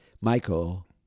Michael